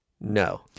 No